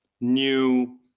new